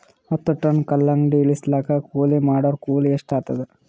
ಹತ್ತ ಟನ್ ಕಲ್ಲಂಗಡಿ ಇಳಿಸಲಾಕ ಕೂಲಿ ಮಾಡೊರ ಕೂಲಿ ಎಷ್ಟಾತಾದ?